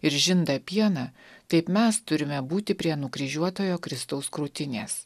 ir žinda pieną taip mes turime būti prie nukryžiuotojo kristaus krūtinės